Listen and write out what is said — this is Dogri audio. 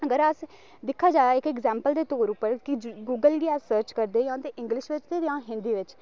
अगर अस दिक्खेआ जाए ऐग्जैंपल दे तौर उप्पर कि गूगल गी अस सर्च करदे जां ते इंग्लिश बिच्च जां हिंदी बिच्च